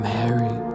Mary